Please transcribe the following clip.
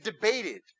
debated